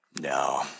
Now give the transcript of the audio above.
No